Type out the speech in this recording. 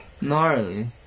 Gnarly